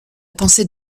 pensée